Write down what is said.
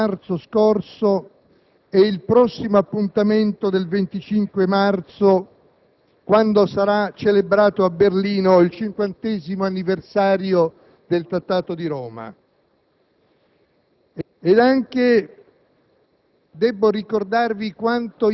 tra il Consiglio europeo dell'8-9 marzo scorso e il prossimo appuntamento del 25 marzo, quando sarà celebrato a Berlino il cinquantesimo anniversario del Trattato di Roma.